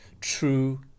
true